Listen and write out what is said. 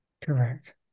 correct